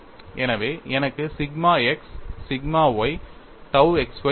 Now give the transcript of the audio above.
எனவே எனக்கு sigma x sigma y tau x y உள்ளது